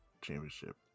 championship